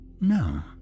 No